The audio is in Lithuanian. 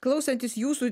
klausantis jūsų